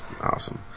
Awesome